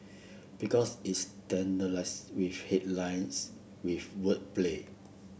because it's saturats with headlines with wordplay